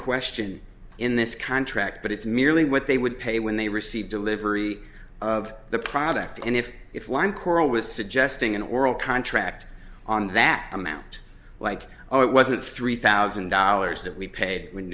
question in this contract but it's merely what they would pay when they received delivery of the product and if if one coral was suggesting an oral contract on that amount like oh it wasn't three thousand dollars that we paid when